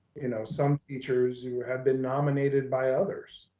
you know some teachers who have been nominated by others.